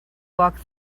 walk